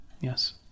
Yes